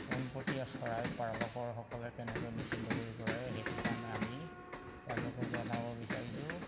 পোনপটীয়া চৰাই পালকৰসকলে কেনেকৈ নিশ্চিন্ত কৰিব পাৰে সেইটো কাৰণে আমি তেওঁলোকক জনাব বিচাৰিছোঁ